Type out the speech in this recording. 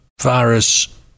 virus